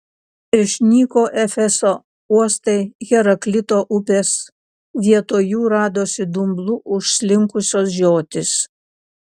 išnyko efeso uostai heraklito upės vietoj jų radosi dumblu užslinkusios žiotys